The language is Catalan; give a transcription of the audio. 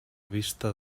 vista